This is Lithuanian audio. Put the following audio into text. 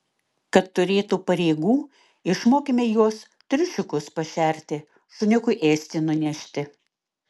kad turėtų pareigų išmokėme juos triušiukus pašerti šuniukui ėsti nunešti